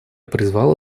призвала